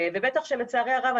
ובטח כשלצערי הרב,